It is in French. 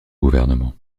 gouvernement